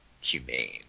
humane